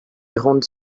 grande